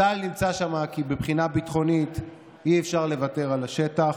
צה"ל נמצא שם כי מבחינה ביטחונית אי-אפשר לוותר על השטח,